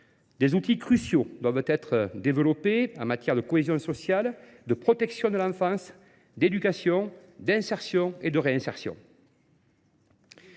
Des outils cruciaux doivent être développés en matière de cohésion sociale, de protection de l'enfance, d'éducation, d'insertion et de réinsertion.